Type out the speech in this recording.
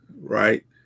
right